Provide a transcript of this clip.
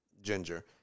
ginger